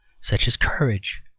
such as courage,